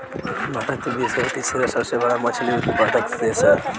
भारत विश्व के तीसरा सबसे बड़ मछली उत्पादक देश ह